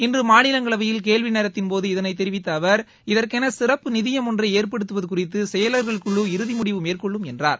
இன்று மாநிலங்களவையில் கேள்வி நேரத்தின் போது இதனைத் தெரிவிவித்த அவர் இதற்கென சிறப்பு நிதியம் ஒன்றை ஏற்படுத்துவது குறித்து செயலர்கள் குழு இறுதி முடிவு மேற்கொள்ளும் என்றார்